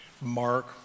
Mark